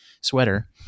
sweater